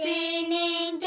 Singing